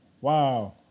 Wow